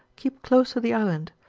keep close to the island,